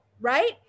right